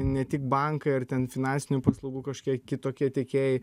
ne tik bankai ar ten finansinių paslaugų kažkokie kitokie tiekėjai